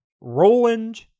Roland